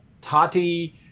Tati